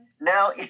Now